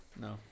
No